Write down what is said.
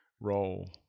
role